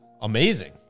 amazing